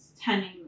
tending